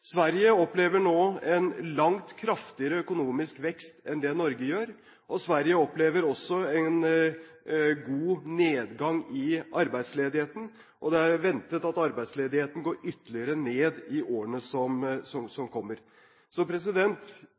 Sverige opplever nå en langt kraftigere økonomisk vekst enn det Norge gjør. Sverige opplever også en god nedgang i arbeidsledigheten, og det er ventet at arbeidsledigheten går ytterligere ned i årene som kommer. Så